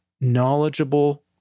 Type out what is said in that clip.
knowledgeable